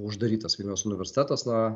uždarytas vilniaus universitetas nuo